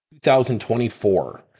2024